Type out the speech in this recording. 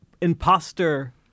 imposter